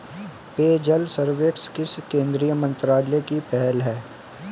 पेयजल सर्वेक्षण किस केंद्रीय मंत्रालय की पहल है?